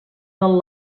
del